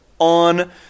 on